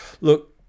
look